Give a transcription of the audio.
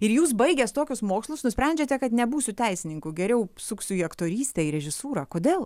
ir jūs baigęs tokius mokslus nusprendžiate kad nebūsiu teisininku geriau suksiu į aktorystę režisūrą kodėl